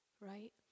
right